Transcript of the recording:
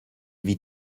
vit